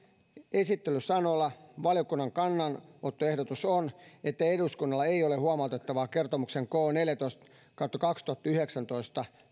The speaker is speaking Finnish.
esittelysanoilla valiokunnan kannanottoehdotus on että eduskunnalla ei ole huomautettavaa kertomuksen k neljätoista kautta kaksituhattayhdeksäntoista